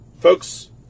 Folks